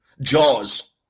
Jaws